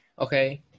Okay